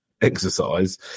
exercise